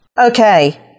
Okay